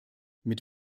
mit